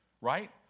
Right